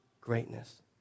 greatness